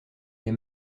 des